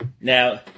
now